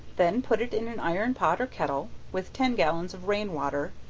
then put it in an iron pot or kettle, with ten gallons of rain water,